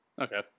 Okay